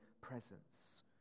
presence